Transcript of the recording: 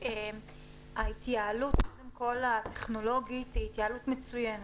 ההתייעלות הטכנולוגית היא דבר מצוין,